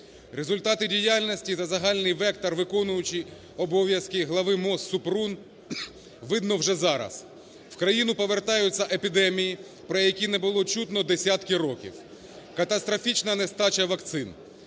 Результати діяльності за загальний вектор виконуючий обов'язки глави МОЗ Супрун видно вже зараз, в країну повертаються епідемії, про які не було чутно десятки років, катастрофічна нестача вакцин,